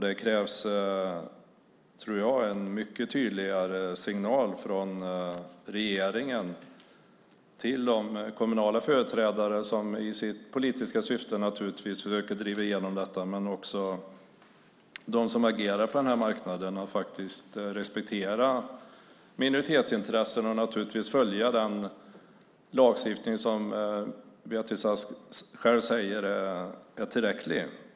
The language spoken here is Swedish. Det krävs, tror jag, en mycket tydligare signal från regeringen till de kommunala företrädare som i sitt politiska syfte försöker driva igenom detta. Det gäller också för dem som agerar på marknaden att respektera minoritetsintressen och följa den lagstiftning som Beatrice Ask själv säger är tillräcklig.